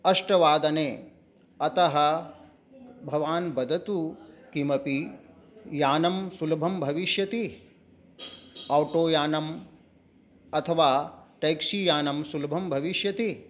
अष्टवादने अतः भवान् वदतु किमपि यानं सुलभं भविष्यति आटो यानं अथवा टेक्सि यानं सुलभं भविष्यति